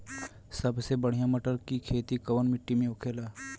सबसे बढ़ियां मटर की खेती कवन मिट्टी में होखेला?